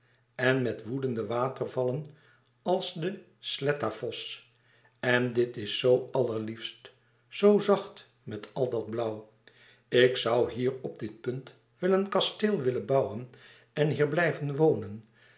en met woedende watervallen als de sletta fos en dit is zoo allerliefst zoo zacht met al dat blauw ik zoû hier op dit punt wel een kasteel willen bouwen en hier blijven wonen